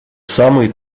самый